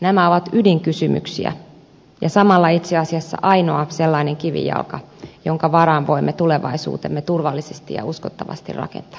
nämä ovat ydinkysymyksiä ja samalla itse asiassa ainoa sellainen kivijalka jonka varaan voimme tulevaisuutemme turvallisesti ja uskottavasti rakentaa